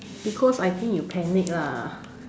because I think you panic lah